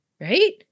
right